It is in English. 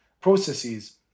processes